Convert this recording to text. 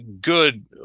good